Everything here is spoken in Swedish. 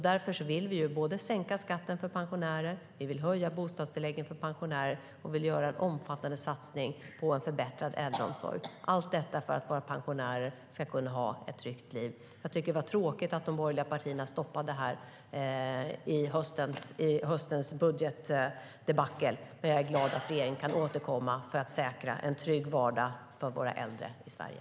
Därför vill vi sänka skatten för pensionärer, höja bostadstillägget för pensionärer och göra en omfattande satsning på en förbättrad äldreomsorg - allt detta för att våra pensionärer ska kunna ha ett tryggt liv. Jag tycker att det var tråkigt att de borgerliga partierna stoppade det här i höstens budgetdebacle. Men jag är glad att regeringen kan återkomma för att säkra en trygg vardag för våra äldre i Sverige.